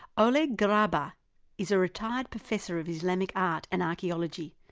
oleg garbar is a retired professor of islamic art and archaeology,